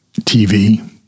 TV